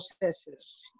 processes